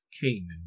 Cain